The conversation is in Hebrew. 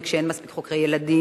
וכשאין מספיק חוקרי ילדים,